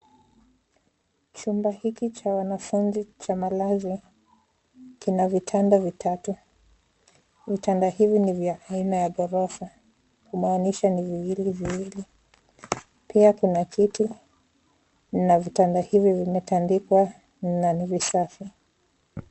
Chumba hiki cha wanafunzi cha malazi kina vitanda vitatu . Vitanda hivi ni vya aina ya ghorofa kumaanisha ni viwili viwili. Pia kuna kiti na vitanda hivi vimentandikwa na ni visafi.